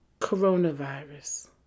coronavirus